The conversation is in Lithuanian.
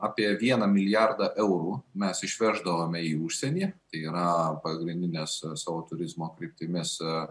apie vieną milijardą eurų mes išveždavome į užsienį tai yra pagrindinės savo turizmo kryptimis